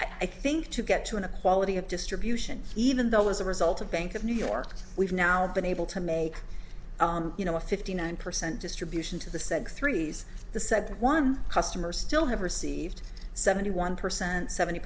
i think to get to inequality of distribution even though as a result of bank of new york we've now been able to make you know a fifty nine percent distribution to the said threes the said one customers still have received seventy one percent seventy